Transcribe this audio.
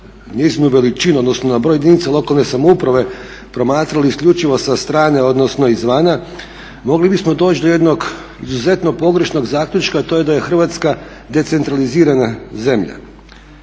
njezinu veličinu odnosno na broj jedinica lokalne samouprave promatrali isključivo sa strane odnosno izvana mogli bismo doći do jednog izuzetno pogrešnog zaključka a to je da je Hrvatska decentralizirana zemlja.